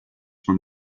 from